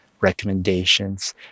recommendations